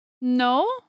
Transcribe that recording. No